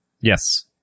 Yes